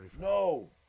No